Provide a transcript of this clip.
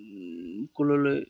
কুললৈ